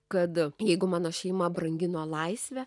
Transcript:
kad jeigu mano šeima brangino laisvę